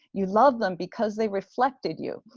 you love them because they reflected you.